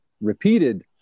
repeated